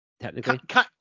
Technically